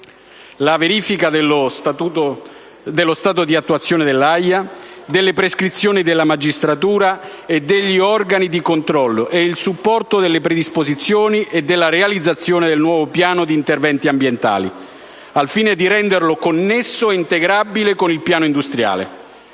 la verifica dello stato di attuazione dell'AIA, delle prescrizioni della magistratura e degli organi di controllo, ed il supporto della predisposizione e della realizzazione del nuovo piano di interventi ambientali, al fine di renderlo connesso ed integrabile con il piano industriale.